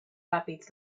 ràpids